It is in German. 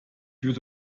würde